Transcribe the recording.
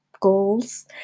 goals